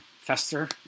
fester